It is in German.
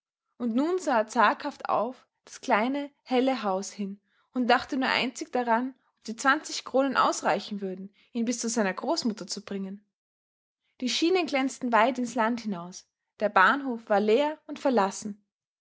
und nun sah er zaghaft auf das kleine helle haus hin und dachte nur einzig daran ob die zwanzig kronen ausreichen würden ihn bis zu seiner großmutter zu bringen die schienen glänzten weit ins land hinaus der bahnhof war leer und verlassen